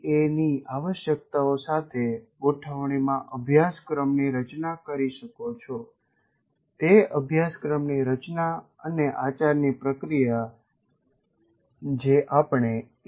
એ ની આવશ્યકતાઓ સાથે ગોઠવણીમાં અભ્યાસક્રમની રચના કરી શકો છો તે અભ્યાસક્રમની રચના અને આચારની પ્રક્રિયા જે આપણે એ